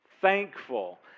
thankful